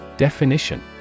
Definition